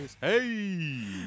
Hey